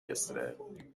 yesterday